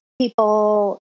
people